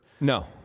No